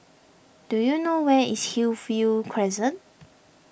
do you know where is Hillview Crescent